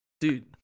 Dude